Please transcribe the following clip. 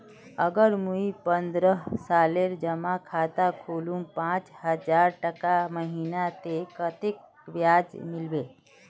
अगर मुई पन्द्रोह सालेर जमा खाता खोलूम पाँच हजारटका महीना ते कतेक ब्याज मिलबे?